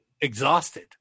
Exhausted